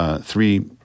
three